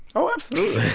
oh, absolutely